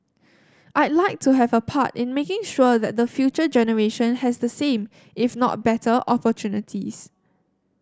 I'd like to have a part in making sure that the future generation has the same if not betteropportunities